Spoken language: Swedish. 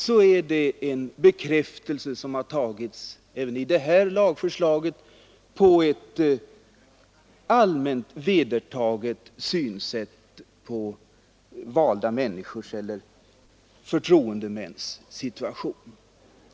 Den rätten är en bekräftelse, som har tagits med även i det här lagförslaget, ett numera allmänt vedertaget synsätt på förtroendemäns ställning.